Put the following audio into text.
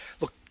look